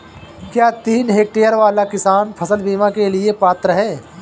क्या तीन हेक्टेयर वाला किसान फसल बीमा के लिए पात्र हैं?